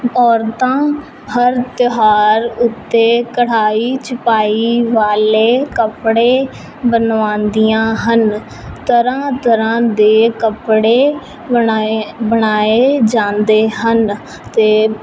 ਔਰਤਾਂ ਹਰ ਤਿਉਹਾਰ ਉੱਤੇ ਕਢਾਈ ਛਿਪਾਈ ਵਾਲੇ ਕੱਪੜੇ ਬਣਵਾਉਂਦੀਆਂ ਹਨ ਤਰ੍ਹਾਂ ਤਰ੍ਹਾਂ ਦੇ ਕੱਪੜੇ ਬਣਾਏ ਬਣਾਏ ਜਾਂਦੇ ਹਨ ਅਤੇ